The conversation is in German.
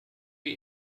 wie